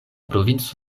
provinco